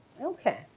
Okay